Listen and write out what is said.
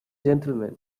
gentlemen